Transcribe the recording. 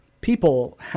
people